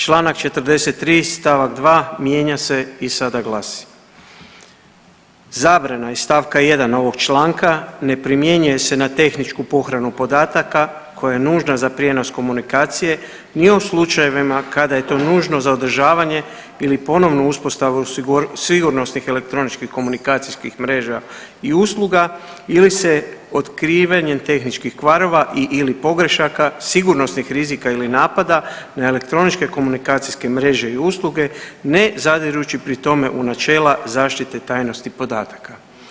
Članak 43. stavak 2. mijenja se i sada glasi: „Zabrana iz stavka 1. ovog članka ne primjenjuje se na tehničku pohranu podataka koja je nužna za prijenos komunikacije ni u slučajevima kada je to nužno za održavanje ili ponovnu uspostavu sigurnosnih elektroničkih komunikacijskih mreža i usluga ili se otkrivanjem tehničkih kvarova i/ili pogrešaka, sigurnosnih rizika ili napada na elektroničke komunikacijske mreže i usluge ne zadirući pri tome u načela zaštite tajnosti podataka.